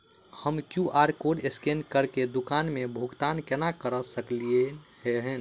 हम Q R code scan करके दुकान मे भुगतान केना करऽ सकलिये एहन?